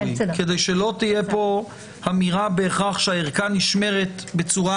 כדי שלא תהיה פה אמירה בהכרח שהערכה נשמרת בצורה